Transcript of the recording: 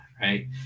right